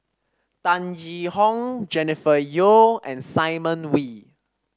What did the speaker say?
Tan Yee Hong Jennifer Yeo and Simon Wee